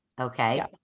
Okay